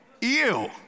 Ew